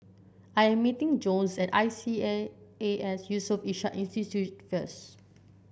I am meeting Jones at I C A A S Yusof Ishak Institute first